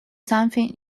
something